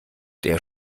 der